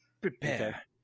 Prepare